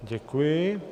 Děkuji.